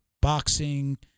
boxing